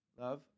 Love